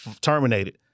terminated